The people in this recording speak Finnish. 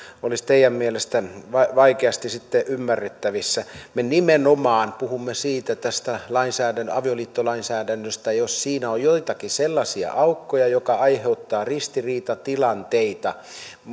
olisi teidän mielestänne sitten vaikeasti ymmärrettävissä me nimenomaan puhumme siitä tästä avioliittolainsäädännöstä jos siinä on joitakin sellaisia aukkoja jotka aiheuttavat ristiriitatilanteita